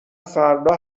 فردا